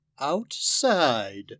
outside